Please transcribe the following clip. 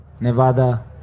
nevada